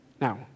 Now